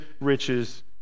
riches